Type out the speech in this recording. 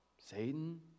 Satan